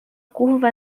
curva